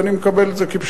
ואני מקבל את זה כפשוטו,